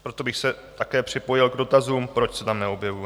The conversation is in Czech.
Proto bych se také připojil k dotazům, proč se tam neobjevuje.